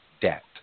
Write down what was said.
debt